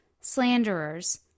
slanderers